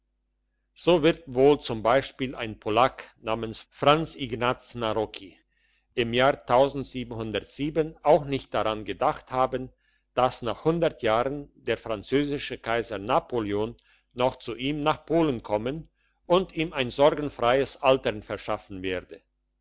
so wird wohl zum beispiel ein polack namens franz ignaz narocki im jahr auch nicht daran gedacht haben dass nach jahren der französische kaiser napoleon noch zu ihm nach polen kommen und ihm ein sorgenfreies alter verschaffen werde